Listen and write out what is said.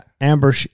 Amber